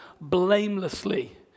blamelessly